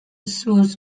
sous